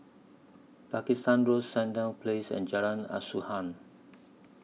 Pakistan Road Sandown Place and Jalan Asuhan